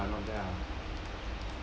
ya not bad ah